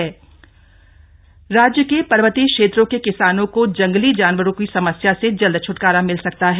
voice गन राज्य के पर्वतीय क्षेत्रों के किसानों को जंगली जानवरों की समस्या से जल्द छटकारा मिल सकता है